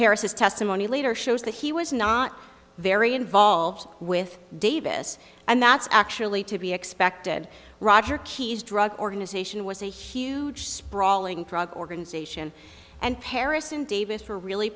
paris his testimony later shows that he was not very involved with davis and that's actually to be expected roger keyes drug organization was a huge sprawling drug organization and paris and davis were really